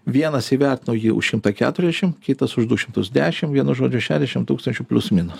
vienas įvertino jį už šimtą keturiasdešim kitas už du šimtus dešim vienu žodžiu šešiasdešim tūkstančių plius minus